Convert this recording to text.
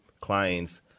clients